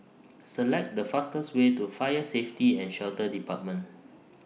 Select The fastest Way to Fire Safety and Shelter department